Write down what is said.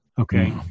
Okay